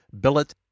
Billet